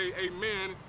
amen